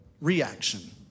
reaction